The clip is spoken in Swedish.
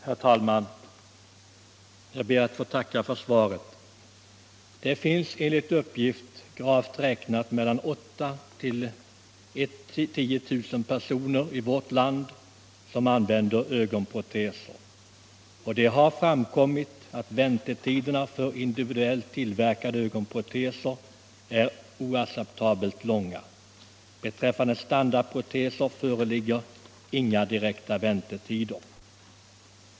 Uppgifterna om skälen till beslutet är motsägelsefulla. Men en sak är säker: fartygets stora resandefrekvens visar att allmänheten har stort behov av att bibehålla den typ av kommunikation som m/s Gripen erbjuder. Väntetiderna för individuellt tillverkade ögonproteser är oacceptabelt långa. Beträffande standardproteser föreligger enligt uppgift ingen köbildning.